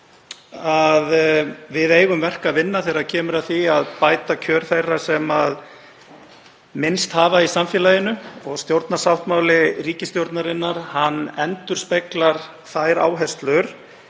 við eigum verk að vinna þegar kemur að því að bæta kjör þeirra sem minnst hafa í samfélaginu og stjórnarsáttmáli ríkisstjórnarinnar endurspeglar þær áherslur.